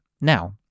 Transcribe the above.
now